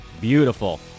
Beautiful